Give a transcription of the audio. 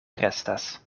restas